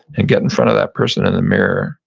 and get in front of that person in the mirror.